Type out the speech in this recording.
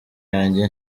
yange